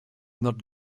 not